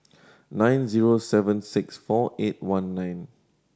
nine zero seven six four eight one nine